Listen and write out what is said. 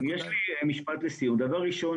דבר ראשון,